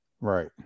Right